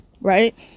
right